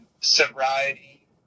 sobriety